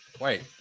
Wait